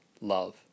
love